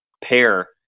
pair